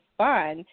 fun